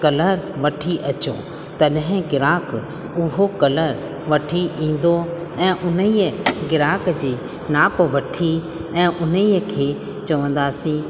colour वठी अचो तॾहिं गिराक उहो कलर वठी ईंदो ऐं उन ई गिराक जे नाप वठी ऐ उन ई खे चवंदासीं